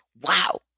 wow